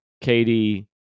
Katie